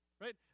Right